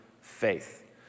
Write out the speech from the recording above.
faith